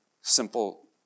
Simple